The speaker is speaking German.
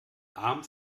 arm